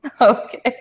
Okay